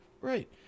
Right